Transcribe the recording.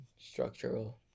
structural